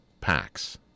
packs